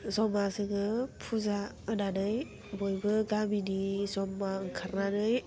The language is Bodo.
ज'मा जोङो फुजा होनानै बयबो गामिनि ज'मा ओंखारनानै